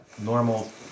normal